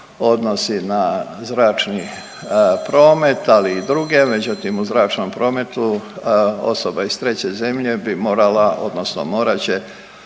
odnosi na zračni promet, ali i druge. Međutim u zračnom prometu osoba iz treće zemlje bi morala odnosno morat